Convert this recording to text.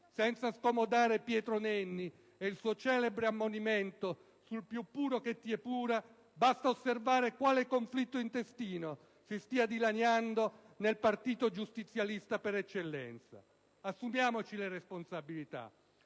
Senza scomodare Pietro Nenni e il suo celebre ammonimento sul più puro che ti epura, basta osservare quale conflitto intestino stia dilaniando il partito giustizialista per eccellenza. Assumiamoci tutte le responsabilità,